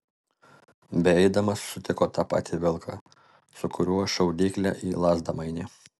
beeidamas sutiko tą patį vilką su kuriuo šaudyklę į lazdą mainė